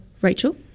Rachel